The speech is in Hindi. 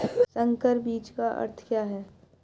संकर बीज का अर्थ क्या है?